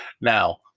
Now